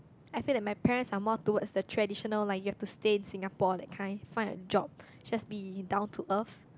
I feel like my parents are more towards the traditional like you have to stay Singapore that kind find a job just be in down to earth